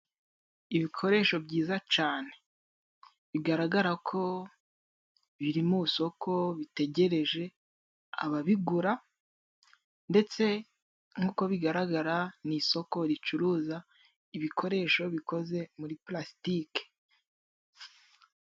Ibikoresho byiza cane, bigaragara ko biri mu soko bitegereje ababigura ndetse nk'uko bigaragara ni isoko ricuruza ibikoresho bikoze muri plastike.